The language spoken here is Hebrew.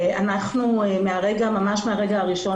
ואנחנו ממש מהרגע הראשון,